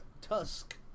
tusk